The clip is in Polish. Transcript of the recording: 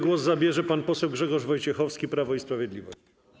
Głos zabierze pan poseł Grzegorz Wojciechowski, Prawo i Sprawiedliwość.